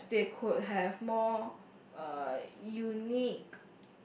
perhaps they could have more uh unique